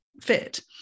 fit